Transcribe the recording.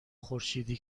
خورشیدی